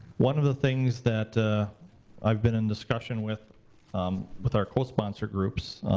one of the things that i've been in discussion with um with our co-sponsor groups,